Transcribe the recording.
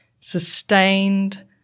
sustained